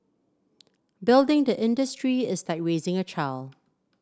building the industry is like raising a child